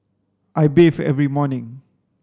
I bathe every morning